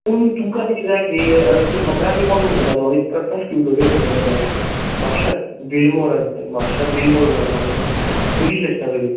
पूण तुमकां बी जाय न्ही म्हाका आनी कोण म्हणटालो एक प्रकाश ट्युटोरियल म्हणून आसा म्हापशेचें बिलमोर म्हापशां बिलमोर म्हणून आसा पय पुलीस स्टेशना कडेन